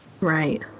Right